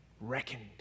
reckoned